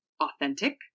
authentic